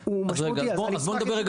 הוא יצטרך להיות